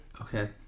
Okay